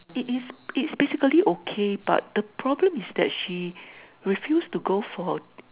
it is it's basically okay but the problem is that she refuse to go for